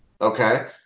okay